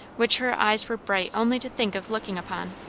which her eyes were bright only to think of looking upon.